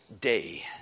Day